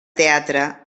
teatre